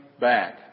back